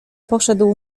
poszedł